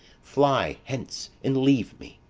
fly hence and leave me.